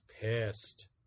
pissed